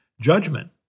judgment